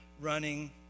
running